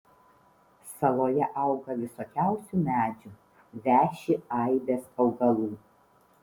saloje auga visokiausių medžių veši aibės augalų